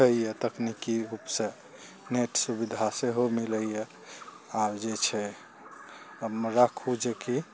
होइए तकनीकी रूपसँ नेट सुविधा सेहो मिलइए आओर जे छै राखू जेकि